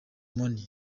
money